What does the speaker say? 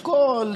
אשכול,